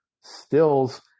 stills